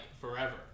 forever